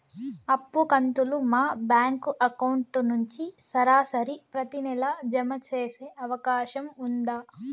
అప్పు కంతులు మా బ్యాంకు అకౌంట్ నుంచి సరాసరి ప్రతి నెల జామ సేసే అవకాశం ఉందా?